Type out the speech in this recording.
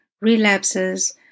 relapses